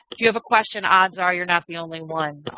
if you have a question, odds are you're not the only one,